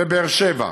בבאר שבע,